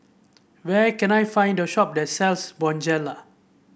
where can I find the shop that sells Bonjela